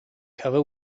cover